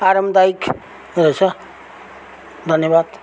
आरामदायिक रहेछ धन्यवाद